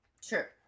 Sure